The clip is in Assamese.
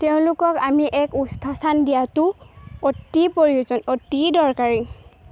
তেওঁলোকক আমি এক উচ্চস্থান দিয়াটো অতি প্ৰয়োজন অতি দৰকাৰী